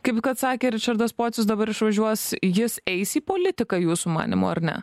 kaip kad sakė ričardas pocius dabar išvažiuos jis eis į politiką jūsų manymu ar ne